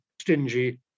stingy